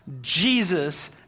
Jesus